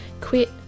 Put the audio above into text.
Quit